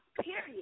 period